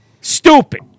Stupid